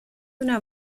una